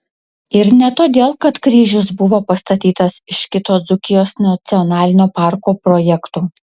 ir ne todėl kad kryžius buvo pastatytas iš kito dzūkijos nacionalinio parko projekto